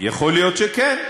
יכול להיות שכן.